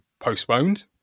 postponed